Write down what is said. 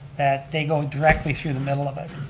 that they go directly through the middle of it.